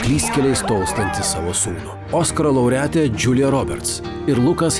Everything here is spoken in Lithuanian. klystkeliais tolstantį savo sūnų oskaro laureatė džiulija roberts ir lukas